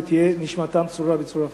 ותהי נשמתם צרורה בצרור החיים.